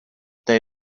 they